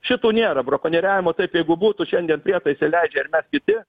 šitų nėra brakonieriavimo taip jeigu būtų šiandien prietaisai leidžia ir mes kiti